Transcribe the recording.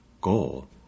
goal